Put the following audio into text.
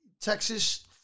Texas